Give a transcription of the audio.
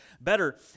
better